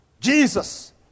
Jesus